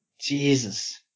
Jesus